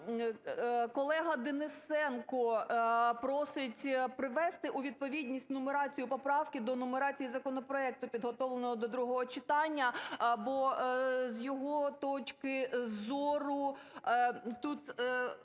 Колега Денисенко просить привести у відповідність нумерацію поправки до нумерації законопроекту, підготовленого до другого читання, бо, з його точки зору, тут